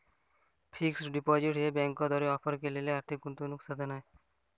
fixed deposit हे बँकांद्वारे offer केलेले आर्थिक गुंतवणूक साधन आहे